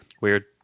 weird